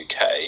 UK